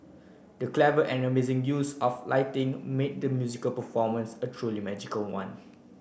the clever and amazing use of lighting made the musical performance a truly magical one